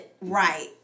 right